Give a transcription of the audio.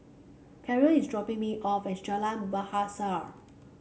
Carroll is dropping me off at Jalan Bahasa